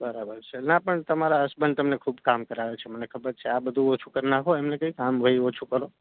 બરાબર છે ના પણ તમારા હસબંડ તમને ખૂબ કામ કરાવે છે મને ખબર છે આ બધું ઓછું કરી નાખો એમને કહીએ કામ ભઈ ઓછું કરો